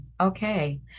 Okay